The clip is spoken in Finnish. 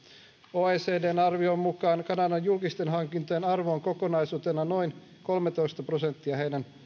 oecdn arvion mukaan kanadan julkisten hankintojen arvo on kokonaisuutena noin kolmetoista prosenttia heidän